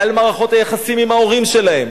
על מערכות היחסים עם ההורים שלהם.